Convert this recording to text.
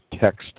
text